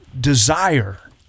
desire